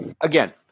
again